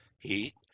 heat